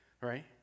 right